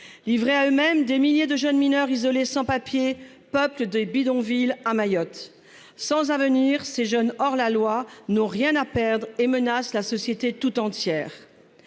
Livrés à eux-, mêmes des milliers de jeunes mineurs isolés sans-papiers Peuple des bidonvilles à Mayotte sans avenir ces jeunes hors la loi n'ont rien à perdre et menace la société tout entière.